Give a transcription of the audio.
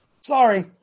Sorry